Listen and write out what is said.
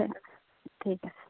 ঠিক আছে